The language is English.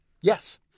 Yes